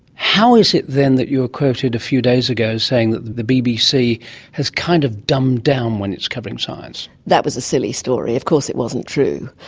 how is it then that you were quoted a few days ago saying that the bbc has kind of dumbed down when it's covering science? that was a silly story, of course it wasn't true,